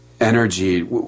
energy